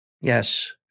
yes